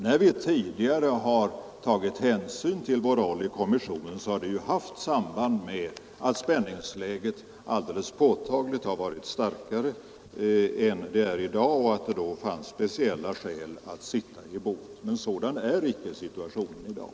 När vi tidigare har tagit hänsyn till vår roll i kommissionen så har det haft samband med att spänningsläget alldeles påtagligt har varit starkare än det är i dag och att det då fanns speciella skäl att sitta i båt. Men sådan är icke situationen i dag.